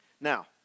Now